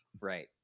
Right